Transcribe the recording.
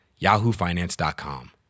yahoofinance.com